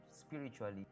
spiritually